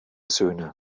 söhne